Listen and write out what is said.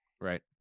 right